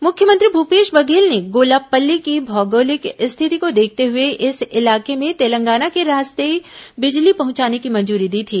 मुख्यमंत्री भूपेश बघेल ने गोलापल्ली की भौगोलिक स्थिति को देखते हुए इस इलाके में तेलंगाना के रास्ते बिजली पहुंचाने की मंजूरी दी थी